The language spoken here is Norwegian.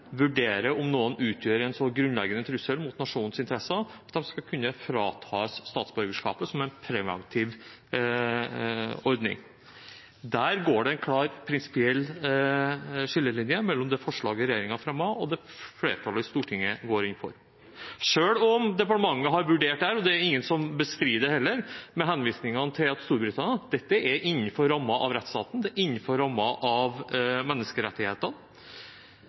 vurdere om noen utgjør en så grunnleggende trussel mot nasjonens interesser at de skal kunne fratas statsborgerskapet som en preventiv ordning. Der går det en klar prinsipiell skillelinje mellom det forslaget regjeringen fremmet, og det som flertallet i Stortinget går inn for. Departementet har vurdert dette – det er det heller ingen som bestrider, med henvisning til Storbritannia – til å være innenfor rammen av rettsstaten og innenfor rammen av menneskerettighetene.